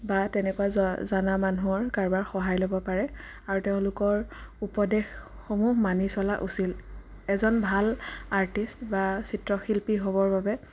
বা তেনেকুৱা জ জনা মানুহৰ কাৰোবাৰ সহায় ল'ব পাৰে আৰু তেওঁলোকৰ উপদেশসমূহ মানি চলা উচিত এজন ভাল আৰ্টিষ্ট বা চিত্ৰশিল্পী হ'বৰ বাবে